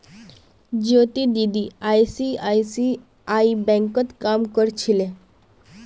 ज्योति दीदी आई.सी.आई.सी.आई बैंकत काम कर छिले